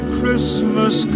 Christmas